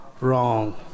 wrong